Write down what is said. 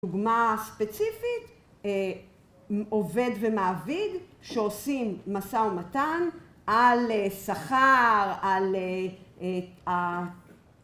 דוגמה ספציפית, עובד ומעביד שעושים משא ומתן על שכר, על